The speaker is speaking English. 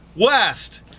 West